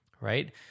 right